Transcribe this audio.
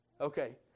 Okay